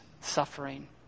suffering